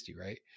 right